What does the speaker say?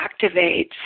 activates